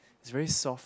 it's very soft